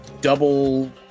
double